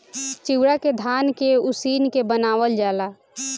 चिवड़ा के धान के उसिन के बनावल जाला